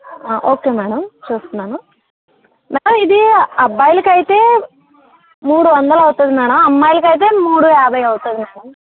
okay madam చూస్తున్నాను madam ఇది అబ్బాయిలకి అయితే మూడు వందలు అవుతుంది మేడమ్ అమ్మాయిలకి అయితే మూడు యాభై అవుతుంది మేడమ్